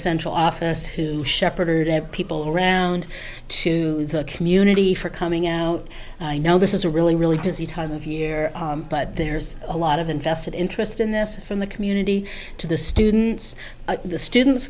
central office who shepherded air people around to the community for coming out know this is a really really busy time of year but there's a lot of invested interest in this from the community to the students the students